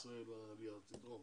העלייה הזו רק תתרום